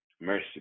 Mercy